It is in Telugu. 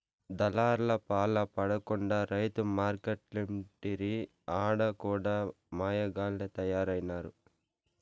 దళార్లపాల పడకుండా రైతు మార్కెట్లంటిరి ఆడ కూడా మాయగాల్లె తయారైనారు